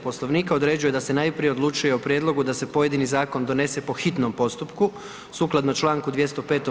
Poslovnika određuje da se najprije odlučuje o prijedlogu da se pojedini zakon donese po hitnom postupku sukladno čl. 205.